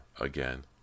again